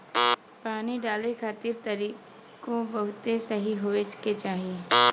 पानी डाले खातिर तरीकों बहुते सही होए के चाही